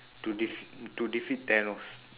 to defeat to defeat thanos